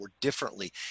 differently